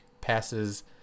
passes